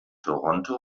toronto